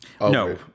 No